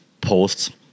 posts